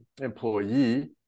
employee